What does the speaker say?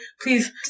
please